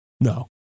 No